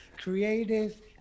Creative